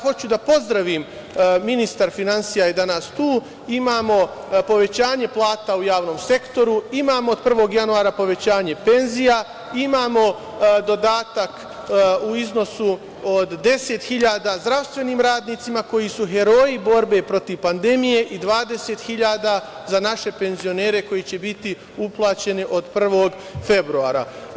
Hoću da pozdravim, ministar finansija je danas tu, imamo povećanje plata u javnom sektoru, imamo od 1. januara povećanje penzija, imamo dodatak u iznosu od 10.000 dinara zdravstvenim radnicima koji su heroji borbe protiv pandemije i 20.000 za naše penzionere koji će biti uplaćeni od 1. februara.